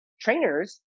trainers